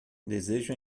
desejo